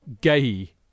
gay